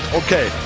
okay